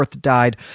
died